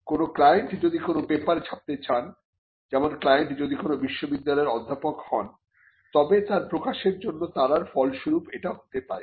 কোন ক্লায়েন্ট যদি কোন পেপার ছাপতে চান যেমন ক্লায়েন্ট যদি কোন বিশ্ববিদ্যালয়ের অধ্যাপক হন তবে তার প্রকাশের জন্য তাড়ার ফলস্বরূপ এটা হতে পারে